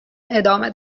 ادامه